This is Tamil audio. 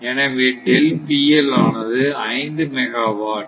எனவே ஆனது 5 மெகாவாட்